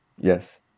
Yes